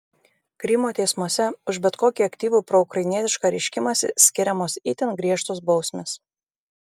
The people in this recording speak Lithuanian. krymo teismuose už bet kokį aktyvų proukrainietišką reiškimąsi skiriamos itin griežtos bausmės